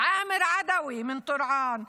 עאמר עדוי מטורעאן,